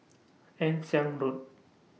Ann Siang Road